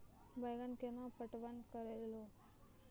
बैंगन केना पटवन करऽ लो?